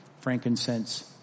frankincense